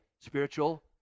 spiritual